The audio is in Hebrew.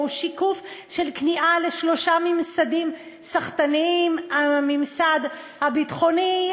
או הוא שיקוף של כניעה לשלושה ממסדים סחטניים: הממסד הביטחוני,